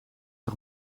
nog